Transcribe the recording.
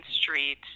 Street